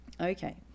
Okay